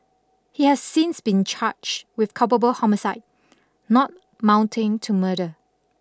he has since been charged with culpable homicide not mounting to murder